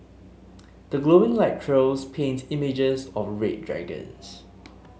the glowing light trails paint images of red dragons